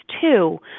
two